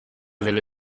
delle